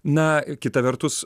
na kita vertus